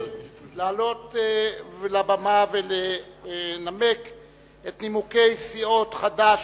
לעלות לבמה ולנמק את נימוקי סיעות חד"ש,